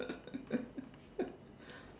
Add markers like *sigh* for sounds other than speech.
*laughs*